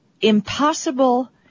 impossible